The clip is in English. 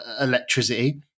electricity